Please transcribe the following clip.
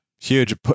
huge